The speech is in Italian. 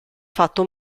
fatto